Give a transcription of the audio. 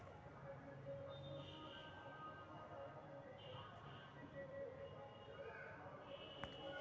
सामुदायिक विकास bank banking व्यवस्था से बाहर के लोग सभ के आर्थिक सुभिधा देँइ छै